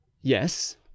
yes